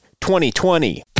2020